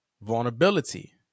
vulnerability